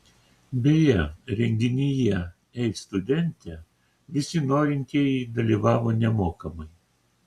beje renginyje ei studente visi norintieji dalyvavo nemokamai